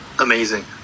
amazing